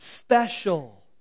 Special